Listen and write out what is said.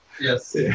Yes